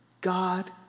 God